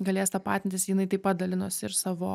galės tapatintis jinai taip pat dalinosi ir savo